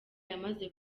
yamaze